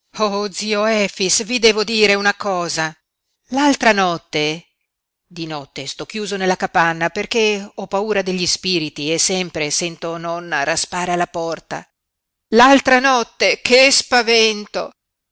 oh zio efix vi devo dire una cosa l'altra notte di notte sto chiuso nella capanna perché ho paura degli spiriti e sempre sento nonna raspare alla porta l'altra notte che spavento